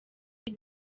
iyo